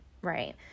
Right